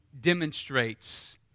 demonstrates